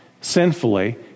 sinfully